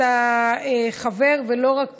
אתה חבר ולא רק פוליטיקאי,